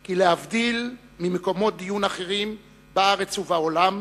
כי להבדיל ממקומות דיון אחרים בארץ ובעולם,